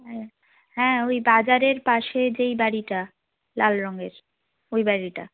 হ্যাঁ হ্যাঁ ওই বাজারের পাশে যেই বাড়িটা লাল রঙের ওই বাড়িটা